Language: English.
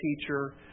teacher